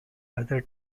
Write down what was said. other